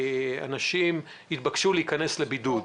ש-73,000 התבקשו להיכנס לבידוד.